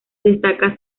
destaca